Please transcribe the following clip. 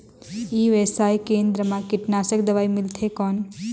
ई व्यवसाय केंद्र मा कीटनाशक दवाई मिलथे कौन?